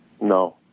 No